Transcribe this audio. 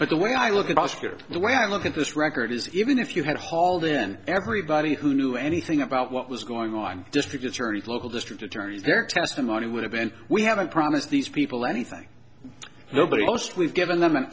but the way i look at oscar the way i look at this record is even if you had hauled in everybody who knew anything about what was going on district attorney local district attorney their testimony would have been we have been promised these people anything nobody post we've given them an